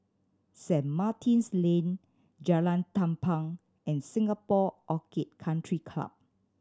Saint Martin's Lane Jalan Tampang and Singapore Orchid Country Club